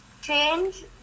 change